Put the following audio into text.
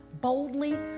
boldly